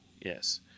Yes